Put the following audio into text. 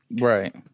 Right